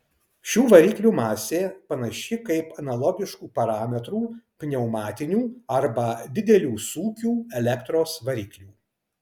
šių variklių masė panaši kaip analogiškų parametrų pneumatinių arba didelių sūkių elektros variklių